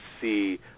see